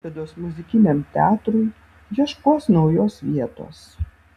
klaipėdos muzikiniam teatrui ieškos naujos vietos